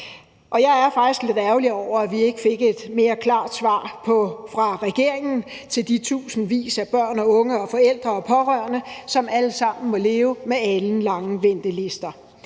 faktisk lidt ærgerlig over, at vi ikke fik et mere klart svar fra regeringen til de tusindvis af børn, unge, forældre og pårørende, som alle sammen må leve med alenlange ventelister.